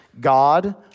God